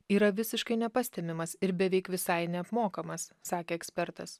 yra visiškai nepastebimas ir beveik visai neapmokamas sakė ekspertas